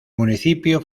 municipio